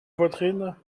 poitrine